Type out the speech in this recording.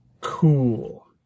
cool